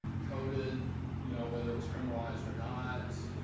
coded you know whether it was criminalized or not.